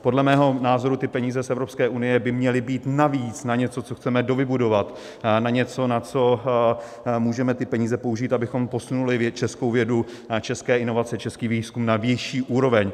Podle mého názoru peníze z Evropské unie by měly být navíc na něco, co chceme dovybudovat, na něco, na co můžeme ty peníze použít, abychom posunuli českou vědu, české inovace, český výzkum na vyšší úroveň.